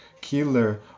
killer